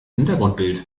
hintergrundbild